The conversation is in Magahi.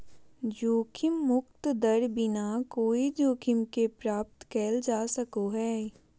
जोखिम मुक्त दर बिना कोय जोखिम के प्राप्त कइल जा सको हइ